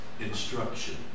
instruction